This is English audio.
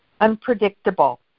unpredictable